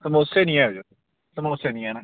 समोसे निं हेगे समोसे निं हैन